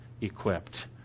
equipped